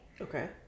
Okay